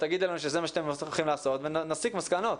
תגידי לנו שזה מה שאתם הולכים לעשות ונסיק מסקנות.